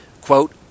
Quote